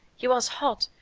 he was hot,